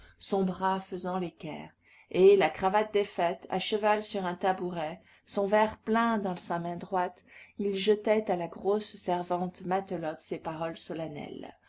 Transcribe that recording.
son bras faisant l'équerre et la cravate défaite à cheval sur un tabouret son verre plein dans sa main droite il jetait à la grosse servante matelote ces paroles solennelles